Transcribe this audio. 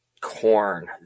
Corn